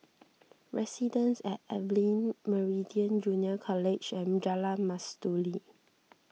Residences at Evelyn Meridian Junior College and Jalan Mastuli